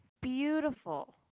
Beautiful